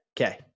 okay